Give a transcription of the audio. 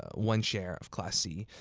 one share of class c,